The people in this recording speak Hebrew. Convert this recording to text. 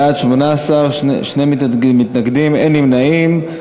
בעד, 18, שני מתנגדים, אין נמנעים.